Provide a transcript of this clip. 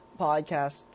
podcast